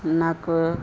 నాకు